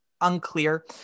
unclear